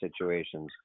situations